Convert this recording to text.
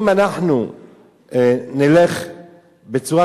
אם אנחנו נלך בצורה,